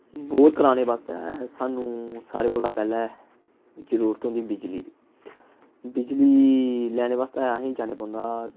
bore कराने बास्ते सानूं सारें कोला पैह्लें जरूरत होंदी बिजली दी बिजली लैने बास्तै असें जाने पौंदा